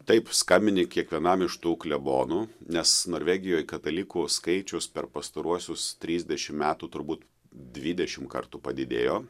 taip skambini kiekvienam iš tų klebonų nes norvegijoj katalikų skaičius per pastaruosius trisdešim metų turbūt dvidešim kartų padidėjo